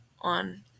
on